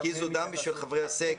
הקיזו דם בשביל חברי הסגל?